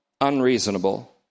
unreasonable